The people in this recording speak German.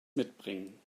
mitbringen